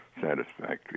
satisfactory